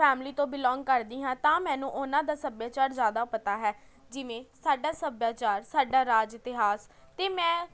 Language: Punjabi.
ਫੈਮਲੀ ਤੋਂ ਬਿਲੋਂਗ ਕਰਦੀ ਹਾਂ ਤਾਂ ਮੈਨੂੰ ਉਹਨਾਂ ਦਾ ਸੱਭਿਆਚਾਰ ਜ਼ਿਆਦਾ ਪਤਾ ਹੈ ਜਿਵੇਂ ਸਾਡਾ ਸੱਭਿਆਚਾਰ ਸਾਡਾ ਰਾਜ ਇਤਿਹਾਸ ਅਤੇ ਮੈਂ